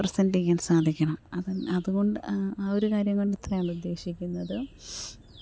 present ചെയ്യാൻ സാധിക്കണം അത് അതുകൊണ്ട് ആ ഒരു കാര്യം കൊണ്ട് ഇത്രയൊള്ളൂ ഉദ്ദേശിക്കുന്നതും